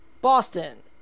Boston